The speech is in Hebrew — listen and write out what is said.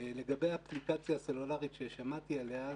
לגבי האפליקציה הסלולרית ששמעתי עליה,